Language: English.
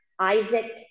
Isaac